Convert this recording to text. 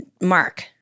Mark